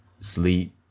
Sleep